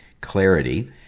clarity